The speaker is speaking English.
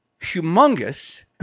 humongous